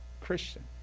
Christian